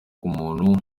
umuntu